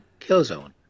Killzone